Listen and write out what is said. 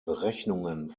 berechnungen